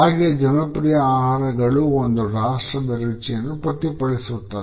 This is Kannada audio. ಹಾಗೆಯೇ ಜನಪ್ರಿಯ ಆಹಾರಗಳು ಒಂದು ರಾಷ್ಟ್ರದ ರುಚಿಯನ್ನು ಪ್ರತಿಫಲಿಸುತ್ತದೆ